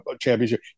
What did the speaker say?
championship